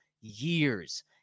years